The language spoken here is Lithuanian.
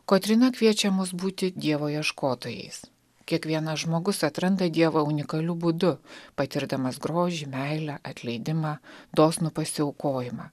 kotryna kviečia mus būti dievo ieškotojais kiekvienas žmogus atranda dievą unikaliu būdu patirdamas grožį meilę atleidimą dosnų pasiaukojimą